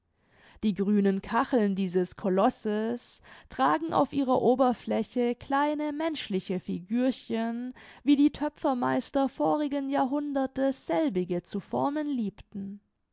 die grünen kacheln dieses colosses tragen auf ihrer oberfläche kleine menschliche figürchen wie die töpfermeister vorigen jahrhundertes selbige zu formen liebten